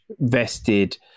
vested